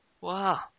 Wow